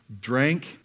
drank